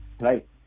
right